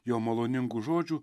jo maloningų žodžių